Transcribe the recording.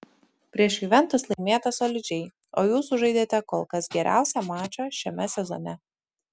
prieš juventus laimėta solidžiai o jūs sužaidėte kol kas geriausią mačą šiame sezone